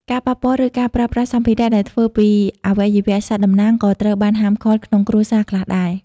ការប៉ះពាល់ ឬការប្រើប្រាស់សម្ភារៈដែលធ្វើពីអវយវៈសត្វតំណាង ក៏ត្រូវបានហាមឃាត់ក្នុងគ្រួសារខ្លះដែរ។